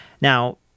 Now